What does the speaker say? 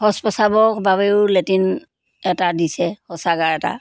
শৌচ পেচাবৰ বাবেও লেটিন এটা দিছে শৌচাগাৰ এটা